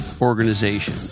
organization